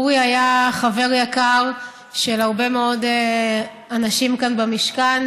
אורי היה חבר יקר של הרבה מאוד אנשים כאן במשכן.